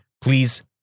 Please